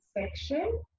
section